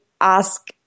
ask